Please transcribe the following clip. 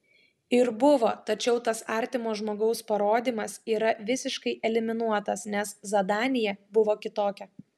ir buvo tačiau tas artimo žmogaus parodymas yra visiškai eliminuotas nes zadanija buvo kitokia